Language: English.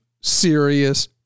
serious